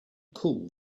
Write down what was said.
cool